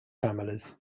families